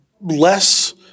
less